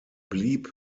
blieb